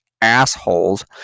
assholes